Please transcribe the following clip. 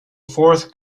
fourth